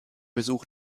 besucht